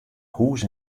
hûs